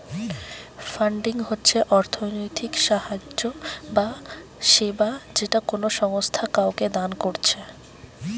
funding হচ্ছে অর্থনৈতিক সাহায্য বা সেবা যেটা কোনো সংস্থা কাওকে দান কোরছে